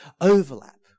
overlap